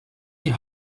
die